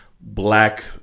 black